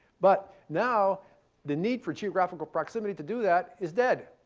but now the need for geographical proximity to do that is dead.